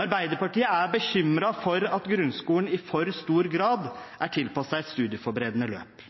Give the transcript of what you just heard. Arbeiderpartiet er bekymret for at grunnskolen i for stor grad er tilpasset et studieforberedende løp.